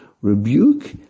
Rebuke